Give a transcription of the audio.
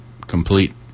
complete